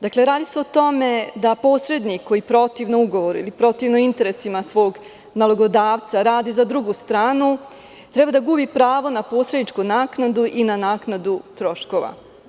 Dakle, radi se o tome da posrednik koji protivno ugovoru ili protivno interesima svog nalogodavca radi za drugu stranu, treba da gubi pravo na posredničku naknadu i na naknadu troškova.